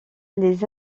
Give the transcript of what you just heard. les